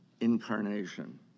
incarnation